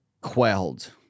quelled